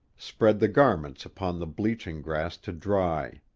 spread the garments upon the bleaching grass to dry.